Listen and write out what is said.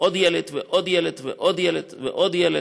עוד ילד ועוד ילד ועוד ילד ועוד ילד,